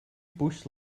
bush